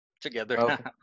together